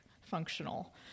functional